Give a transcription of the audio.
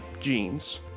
jeans